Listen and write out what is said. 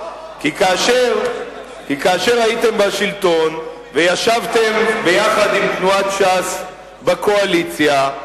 כי כאשר הייתם בשלטון וישבתם עם תנועת ש"ס בקואליציה,